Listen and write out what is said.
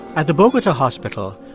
at the bogota hospital,